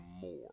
more